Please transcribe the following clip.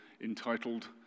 entitled